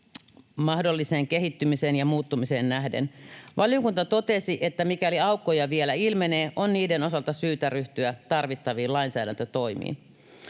mahdolliseen kehittymiseen ja muuttumiseen nähden. Valiokunta totesi, että mikäli aukkoja vielä ilmenee, on niiden osalta syytä ryhtyä tarvittaviin lainsäädäntötoimiin.